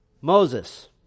Moses